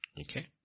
Okay